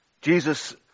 Jesus